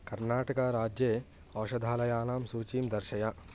कर्नाटकाराज्ये औषधालयानां सूचीं दर्शय